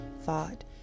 thought